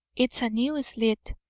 it's a new slit,